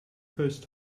first